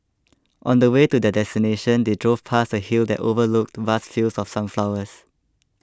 on the way to their destination they drove past a hill that overlooked vast fields of sunflowers